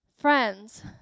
Friends